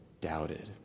doubted